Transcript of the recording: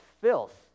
filth